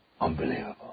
unbelievable